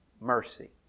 mercy